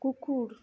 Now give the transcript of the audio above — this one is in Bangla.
কুকুর